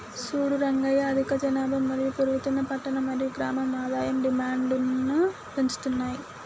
సూడు రంగయ్య అధిక జనాభా మరియు పెరుగుతున్న పట్టణ మరియు గ్రామం ఆదాయం డిమాండ్ను పెంచుతున్నాయి